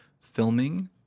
Filming